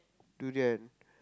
durian